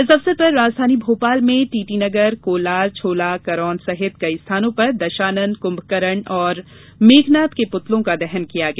इस अवसर पर राजधानी भोपाल में टीटीनगर कोलार छोला करोंद सहित कई स्थानों पर दशानन कुंभकर्ण और मेघनाथ के पृतलों का दहन किया गया